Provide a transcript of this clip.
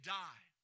die